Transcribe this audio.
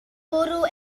bwrw